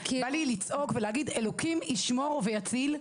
בא לי לצעות ולהגיד אלוקים ישמור ויציל.